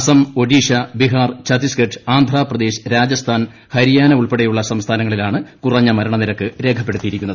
അസം ഒഡീഷ ബീഹാർ ഛത്തിസ്ഗഡ് ആന്ധ്രാപ്രദേശ് രാജസ്ഥാൻ ഹരിയാന ഉൾപ്പെടെയുള്ള സംസ്ഥാനങ്ങളിലാണ് കുറഞ്ഞ മരണനിരക്ക് രേഖപ്പെടുത്തിയിരിക്കുന്നത്